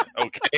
okay